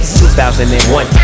2001